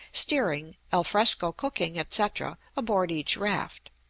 steering, al fresco cooking, etc, aboard each raft.